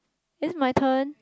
is it my turn